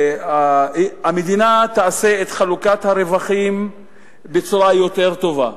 המדינה תעשה את חלוקת הרווחים בצורה יותר טובה.